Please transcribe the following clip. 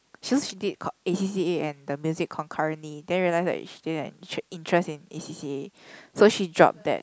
she said she did co~ A_C_C_A and the music concurrently then realised that she didn't have in~ interest in A_C_C_A so she dropped that